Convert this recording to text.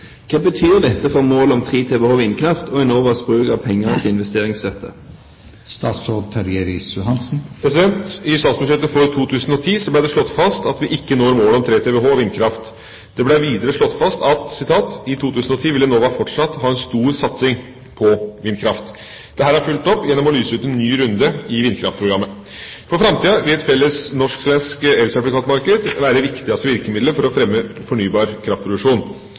Hva betyr dette for målet om 3 TWh vindkraft og Enovas bruk av penger til investeringsstøtte?» I statsbudsjettet for 2010 ble det slått fast at vi ikke når målet om 3 TWh vindkraft. Det ble videre slått fast at «i 2010 vil Enova fortsatt ha en stor satsing på vindkraft». Dette er fulgt opp gjennom å lyse ut en ny runde i vindkraftprogrammet. For framtida vil et felles norsk-svensk elsertifikatmarked være det viktigste virkemiddelet for å fremme fornybar kraftproduksjon.